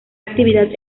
actividad